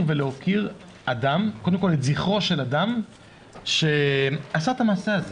כל קודם את זכרו של אדם שעשה את המעשה הזה.